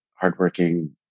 hardworking